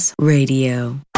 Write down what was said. Radio